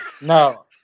No